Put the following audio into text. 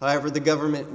however the government